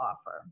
offer